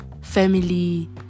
family